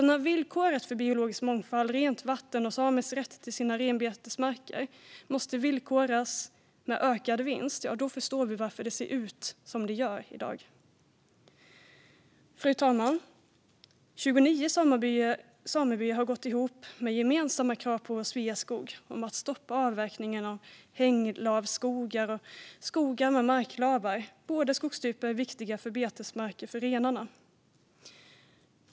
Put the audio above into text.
När biologisk mångfald, rent vatten och samers rätt till sina renbetesmarker måste villkoras med ökad vinst förstår vi varför det ser ut som det gör i dag. Fru talman! Det är 29 samebyar som har gått ihop med gemensamma krav på Sveaskog om att stoppa avverkningen av hänglavsskogar och skogar med marklavar. Båda dessa skogstyper är viktiga betesmarker för renarna.